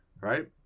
right